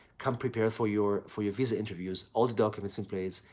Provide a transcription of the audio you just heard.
come prepared for your for your visa interviews, all the documents in place,